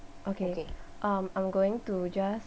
okay um I'm going to just